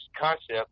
concept